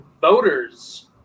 voters